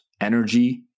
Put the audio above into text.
energy